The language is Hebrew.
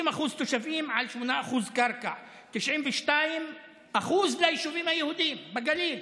60% תושבים על 8% קרקע ו-92% ליישובים היהודיים בגליל.